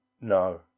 No